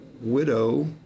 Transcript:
widow